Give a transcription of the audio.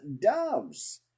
doves